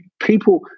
people